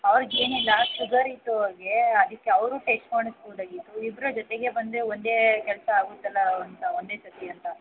ಅವ್ರ್ಗೆ ಏನಿಲ್ಲ ಶುಗರಿತ್ತು ಅವ್ರಿಗೆ ಅದಕ್ಕೆ ಅವರೂ ಟೆಸ್ಟ್ ಮಾಡಿಸ್ಬೋದಾಗಿತ್ತು ಇಬ್ಬರೂ ಜೊತೆಗೇ ಬಂದರೆ ಒಂದೇ ಕೆಲಸ ಆಗುತ್ತಲ್ಲ ಅಂತ ಒಂದೇ ಸರ್ತಿ ಅಂತ